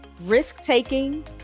risk-taking